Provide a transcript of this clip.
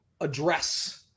address